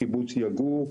בקיבוץ יגור,